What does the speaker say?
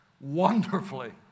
wonderfully